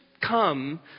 come